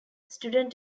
student